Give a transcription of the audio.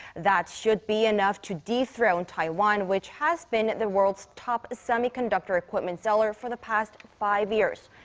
that should be enough to dethrone taiwan, which has been the world's top semiconductor equipment seller for the past five years.